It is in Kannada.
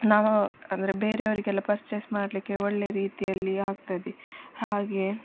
ನಾವು ಅಂದರೆ ಬೇರೆಯವರಿಗೆಲ್ಲ ಪರ್ಚೇಸ್ ಮಾಡಲಿಕ್ಕೆ ಒಳ್ಳೆ ರೀತಿಯಲ್ಲಿ ಆಗ್ತದೆ ಹಾಗೆ